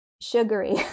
sugary